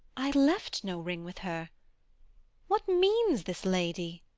i left no ring with her what means this lady?